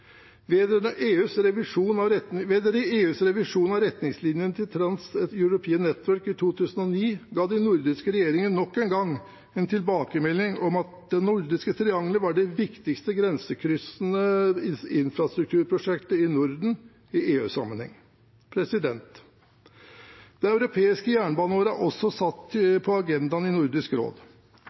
EUs revisjon av retningslinjene til Trans-European Transport Network i 2009 ga de nordiske regjeringene nok en gang en tilbakemelding om at det nordiske trianglet var det viktigste grensekryssende infrastrukturprosjektet i Norden i EU-sammenheng. Det europeiske jernbaneåret er også satt på agendaen i Nordisk råd.